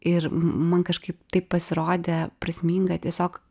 ir man kažkaip taip pasirodė prasminga tiesiog